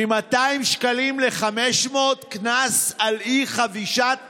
מ-200 שקלים ל-500 שקלים קנס על אי-חבישת מסכה?